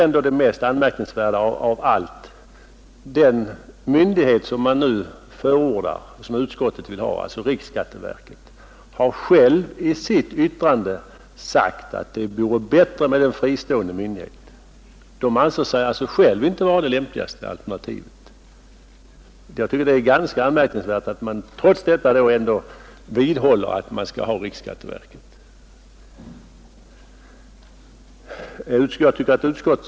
Men det mest anmärkningsvärda är ändå att den myndighet som utskottsmajoriteten förordar för denna uppgift — riksskatteverket — i sitt remissyttrande själv har anfört att det vore bättre med en fristående myndighet. Riksskatteverket anser sig således inte självt vara det lämpligaste alternativet, och jag tycker att det är ganska anmärkningsvärt att utskottsmajoriteten trots detta vidhåller att riksskatteverket skall sköta dessa uppgifter.